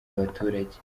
abaturage